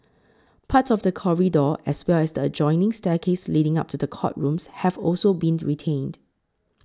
part of the corridor as well as the adjoining staircase leading up to the courtrooms have also been retained